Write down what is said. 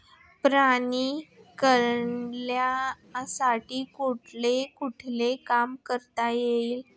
प्राणी कल्याणासाठी कुठले कुठले काम करता येईल?